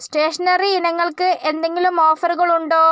stationery ഇനങ്ങൾക്ക് എന്തെങ്കിലും ഓഫറുകൾ ഉണ്ടോ